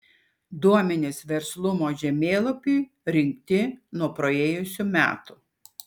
duomenys verslumo žemėlapiui rinkti nuo praėjusių metų